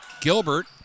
Gilbert